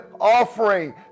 offering